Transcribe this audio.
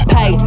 Pay